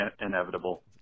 inevitable